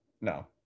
No